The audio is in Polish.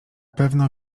pewno